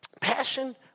passion